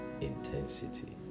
intensity